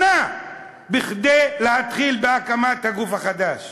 שנה כדי להתחיל בהקמת הגוף החדש.